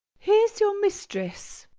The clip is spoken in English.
here's your mistress.